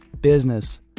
business